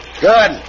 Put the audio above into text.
Good